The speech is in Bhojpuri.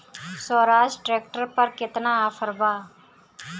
स्वराज ट्रैक्टर पर केतना ऑफर बा?